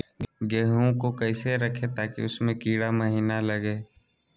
गेंहू को कैसे रखे ताकि उसमे कीड़ा महिना लगे?